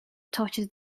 touches